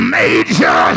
major